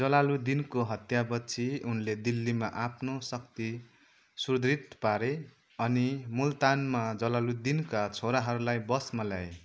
जलालुद्दिनको हत्यापछि उनले दिल्लीमा आफ्नो शक्ति सुदृढ पारे अनि मुलतानमा जलालुद्दिनका छोराहरूलाई वशमा ल्याए